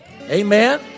Amen